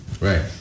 Right